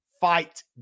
fight